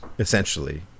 Essentially